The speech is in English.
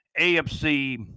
AFC